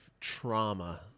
trauma